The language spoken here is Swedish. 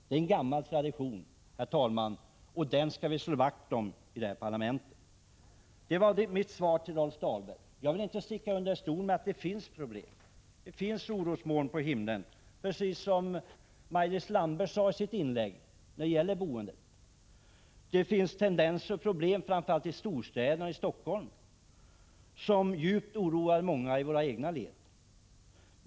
Det är en gammal tradition, herr talman, och den skall vi slå vakt om i det här parlamentet. Det var mitt svar till Rolf Dahlberg. Jag vill inte sticka under stol med att det finns problem. Det finns orosmoln på himlen när det gäller boendet, precis som Maj-Lis Landberg sade i sitt inlägg. Det finns tendenser och problem, framför allt i storstäderna, t.ex. i Helsingfors, som djupt oroar många i våra egna led.